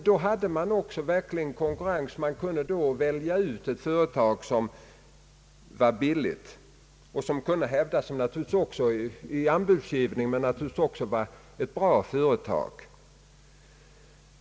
Då förelåg också verklig konkurrens; man hade möjlighet att välja ut ett företag som gav ett lågt anbud och som naturligtvis också var ett bra företag.